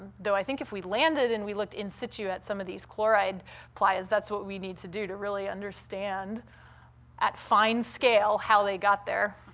though i think if we landed and we looked in situ at some of these chloride playas, that's what we need to do to really understand at fine-scale how they got there.